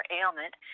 ailment